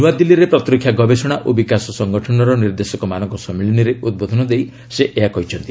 ଆଜି ନୁଆଦିଲ୍ଲୀରେ ପ୍ରତିରକ୍ଷା ଗବେଷଣା ଓ ବିକାଶ ସଂଗଠନର ନିର୍ଦ୍ଦେଶକମାନଙ୍କ ସମ୍ମିଳନୀରେ ଉଦ୍ବୋଧନ ଦେଇ ସେ ଏହା କହିଛନ୍ତି